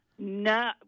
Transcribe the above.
No